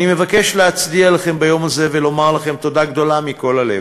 אני מבקש להצדיע לכם ביום הזה ולומר לכם תודה גדולה מכל הלב.